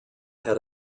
had